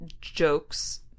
jokes